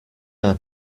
are